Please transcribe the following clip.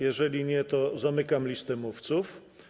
Jeżeli nie, to zamykam listę mówców.